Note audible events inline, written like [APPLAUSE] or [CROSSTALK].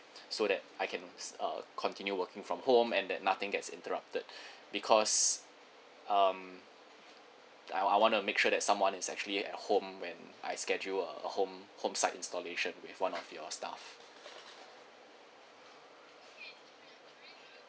so that I can uh continue working from home and that nothing gets interrupted [BREATH] because um I~ I want to make sure that someone is actually at home when I schedule uh a home side installation with one of your staff